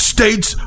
States